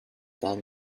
that